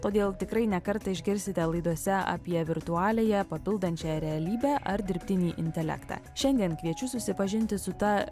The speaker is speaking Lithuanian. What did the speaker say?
todėl tikrai ne kartą išgirsite laidose apie virtualiąją papildančią realybę ar dirbtinį intelektą šiandien kviečiu susipažinti su ta